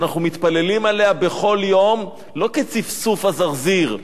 שאנחנו מתפללים עליה בכל יום, לא כצפצוף הזרזיר,